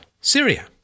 Syria